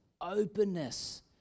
openness